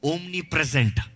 Omnipresent